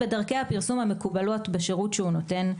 בדרכי הפרסום המקובלות בשירות שהוא נותן,